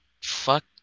Fuck